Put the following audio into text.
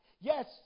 Yes